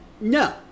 No